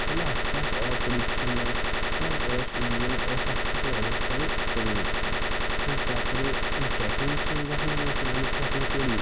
ফলে আশপাশ অপরিছন্ন মানে অস্বাস্থ্যকর অবস্থায় পরিণত হয় তারপরে ট্রেকিংয়ের সময় যখন আমি আমি ট্রেকিং করি